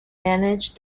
managed